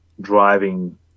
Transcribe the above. driving